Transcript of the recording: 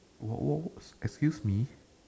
what what excuse me